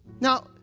Now